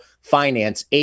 finance